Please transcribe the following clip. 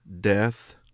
death